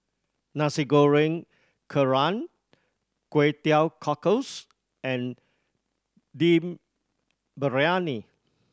Nasi Goreng Kerang Kway Teow Cockles and Dum Briyani